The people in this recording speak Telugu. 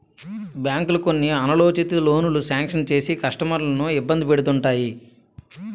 బ్యాంకులు కొన్ని అనాలోచిత లోనులు శాంక్షన్ చేసి కస్టమర్లను ఇబ్బంది పెడుతుంటాయి